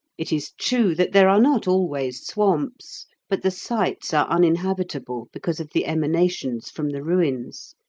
it is true that there are not always swamps, but the sites are uninhabitable because of the emanations from the ruins.